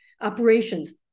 Operations